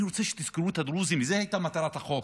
אני רוצה שתזכרו את הדרוזים, זו הייתה מטרת החוק,